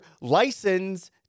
license